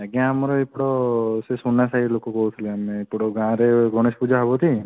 ଆଜ୍ଞା ଆମର ଏକ ସେଇ ସୁନା ସାହି ଲୋକ କହୁଥିଲେ ଆମେ ଏପଟେ ଗାଁରେ ଗଣେଶ ପୂଜା ହେବ ଟି